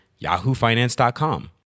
yahoofinance.com